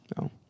No